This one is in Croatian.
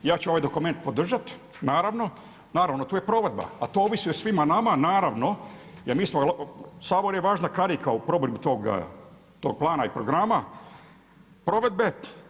Ja ću ovaj dokument podržati, naravno, naravno a tu je provedba, a to ovisi o svima nama naravno jer mi smo Sabor je važna karika u provedbi tog plana i programa provedbe.